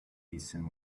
hasten